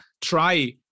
try